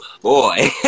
Boy